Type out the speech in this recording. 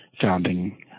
founding